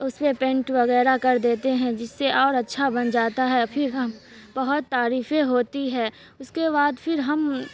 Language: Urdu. اس پہ پینٹ وغیرہ کر دیتے ہیں جس سے اور اچھا بن جاتا ہے پھر بہت تعریفیں ہوتی ہے اس کے بعد پھر ہم